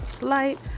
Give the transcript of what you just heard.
light